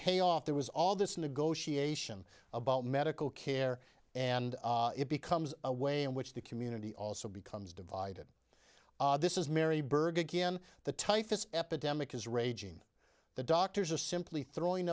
pay off there was all this negotiation about medical care and it becomes a way in which the community also becomes divided this is mary burke again the typhus epidemic is raging the doctors are simply throwing